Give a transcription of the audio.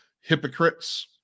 Hypocrites